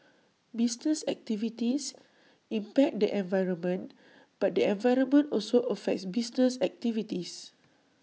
business activities impact the environment but the environment also affects business activities